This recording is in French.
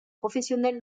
professionnel